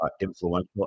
influential